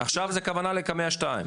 עכשיו הכוונה לקמ"ע 2?